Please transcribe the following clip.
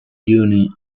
uni